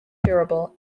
durable